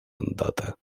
мандата